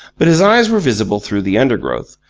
but his eyes were visible through the undergrowth,